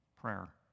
Prayer